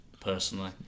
personally